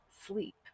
sleep